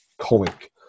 comic